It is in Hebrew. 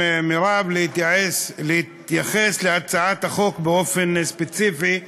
מירב, להתייחס להצעת החוק באופן ספציפי.